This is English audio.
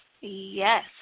Yes